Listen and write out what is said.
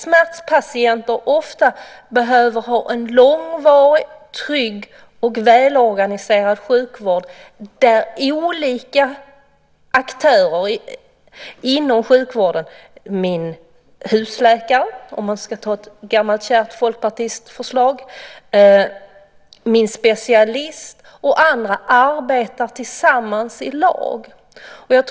Smärtpatienter behöver ofta ha en långvarig, trygg och välorganiserad sjukvård, där olika aktörer inom sjukvården - min husläkare, om jag ska ta ett gammalt kärt folkpartiförslag, min specialist och andra - arbetar tillsammans i lag.